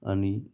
आणि